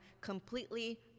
completely